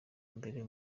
mbere